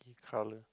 colour